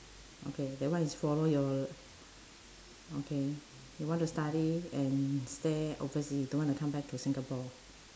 okay that one is follow your okay you want to study and stay oversea don't want to come back to Singapore